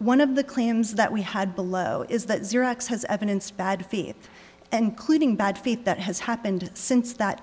one of the claims that we had below is that xerox has evidence bad faith and cleaning bad faith that has happened since that